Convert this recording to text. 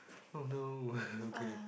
oh no okay